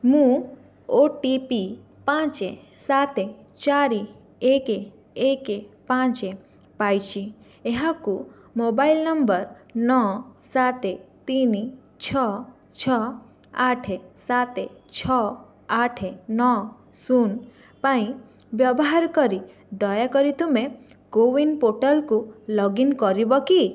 ମୁଁ O T P ପାଞ୍ଚେ ସାତେ ଚାରି ଏକେ ଏକେ ପାଞ୍ଚେ ପାଇଛି ଏହାକୁ ମୋବାଇଲ୍ ନମ୍ବର୍ ନଅ ସାତେ ତିନି ଛଅ ଛଅ ଆଠେ ସାତେ ଛଅ ଆଠେ ନଅ ଶୂନ ପାଇଁ ବ୍ୟବହାର କରି ଦୟାକରି ତୁମେ କୋଭିଡ଼୍ ପୋର୍ଟାଲ୍କୁ ଲଗ୍ଇନ୍ କରିବ କି